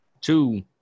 Two